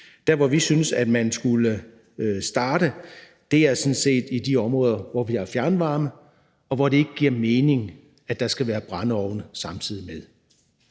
Der, hvor vi synes man skulle starte, er sådan set i de områder, hvor vi har fjernvarme, og hvor det ikke giver mening, at der skal være brændeovne samtidig med.